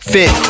Fit